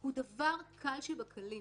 הוא דבר קל שבקלים.